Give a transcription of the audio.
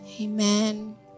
Amen